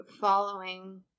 following